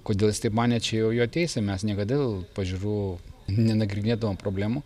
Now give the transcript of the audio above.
kodėl jis taip manė čia jau jo teisė mes niekada dėl pažiūrų nenagrinėdavom problemų